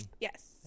Yes